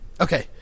Okay